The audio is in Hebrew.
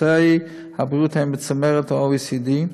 תוצרי הבריאות הם בצמרת ה-OECD,